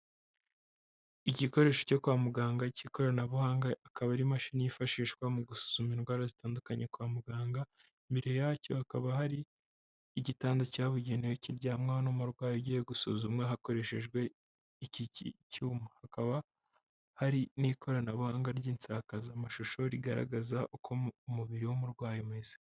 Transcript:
Igikoresho cyo kwa muganga k'ikoranabuhanga, akaba ari imashini yifashishwa mu gusuzuma indwara zitandukanye kwa muganga, imbere yacyo hakaba hari igitanda cyabugenewe kiryamwaho n'umurwayi ugiye gusuzumwa hakoreshejwe iki cyuma, hakaba hari n'ikoranabuhanga ry'insakazamashusho rigaragaza uko umubiri w'umurwayi umeze.